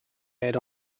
aired